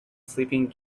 sleeping